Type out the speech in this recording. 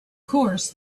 course